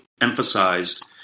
emphasized